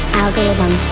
algorithm